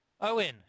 Owen